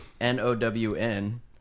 n-o-w-n